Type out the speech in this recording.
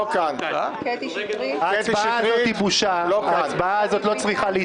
לא נוכח קטי קטרין שטרית, לא נוכחת